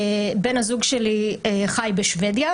בן הזוג שלי חי בשוודיה,